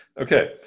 Okay